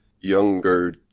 younger